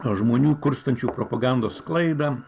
žmonių kurstančių propagandos sklaidą